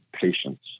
patience